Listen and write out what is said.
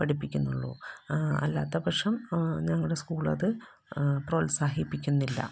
പഠിപ്പിക്കുന്നുള്ളൂ അല്ലാത്തപക്ഷം ഞങ്ങളുടെ സ്കൂൾ അത് പ്രോത്സാഹിപ്പിക്കുന്നില്ല